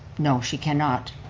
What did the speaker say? no, she cannot.